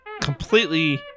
Completely